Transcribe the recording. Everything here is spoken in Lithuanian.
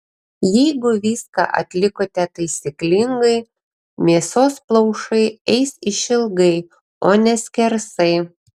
jeigu viską atlikote taisyklingai mėsos plaušai eis išilgai o ne skersai